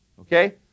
Okay